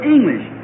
English